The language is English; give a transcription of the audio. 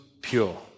pure